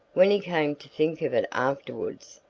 when he came to think of it afterwards,